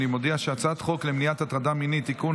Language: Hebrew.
הצעת חוק למניעת הטרדה מינית (תיקון,